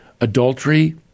adultery